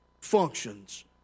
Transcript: functions